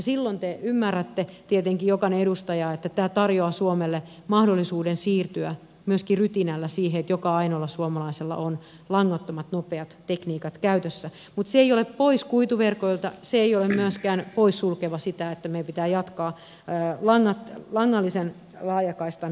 silloin te ymmärrätte tietenkin jokainen edustaja että tämä tarjoaa suomelle mahdollisuuden siirtyä myöskin rytinällä siihen että joka ainoalla suomalaisella on langattomat nopeat tekniikat käytössä mutta se ei ole pois kuituverkoilta se ei ole myöskään poissulkeva sitä että meidän pitää jatkaa langallisen laajakaistan vetämistä